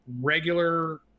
regular